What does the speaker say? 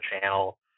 channel